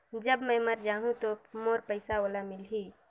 जब मै मर जाहूं तो मोर पइसा ओला मिली?